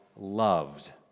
loved